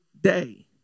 day